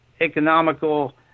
economical